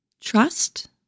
trust